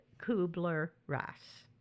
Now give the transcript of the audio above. Kubler-Ross